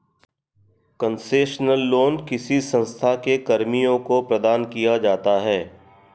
concessional loan किसी संस्था के कर्मियों को प्रदान किया जाता है